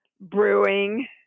brewing